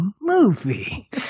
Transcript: movie